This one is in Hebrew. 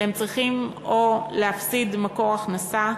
והם צריכים להפסיד מקור הכנסה,